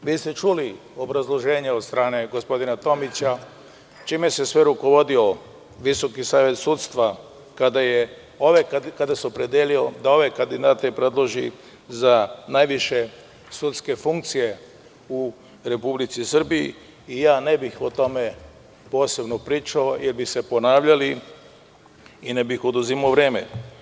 Čuli ste obrazloženje od strane gospodina Tomića, čime se sve rukovodio VSS kada se opredelio za ove kandidate da ih predloži za najviše sudske funkcije u Republici Srbiji i ne bih o tome posebno pričao, jer bi se ponavljali i ne bih oduzimao vreme.